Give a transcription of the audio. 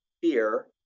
fear